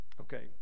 Okay